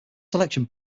selection